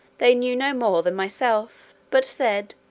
they knew no more than myself but said,